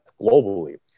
globally